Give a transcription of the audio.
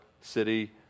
city